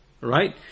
Right